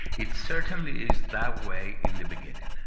it certainly is that way in the beginning.